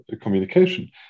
communication